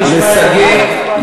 לשגית,